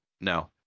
no